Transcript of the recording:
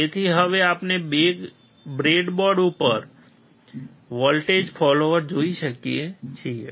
તેથી હવે આપણે બ્રેડબોર્ડ ઉપર વોલ્ટેજ ફોલોઅર જોઈ શકીએ છીએ